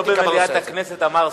לא במליאת הכנסת אמר השר את הדברים האלה.